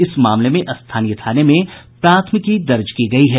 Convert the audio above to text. इस मामले में स्थानीय थाने में प्राथमिकी दर्ज की गयी है